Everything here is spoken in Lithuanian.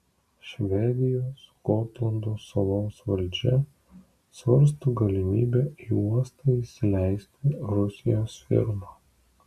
švedijos gotlando salos valdžia svarsto galimybę į uostą įsileisti rusijos firmą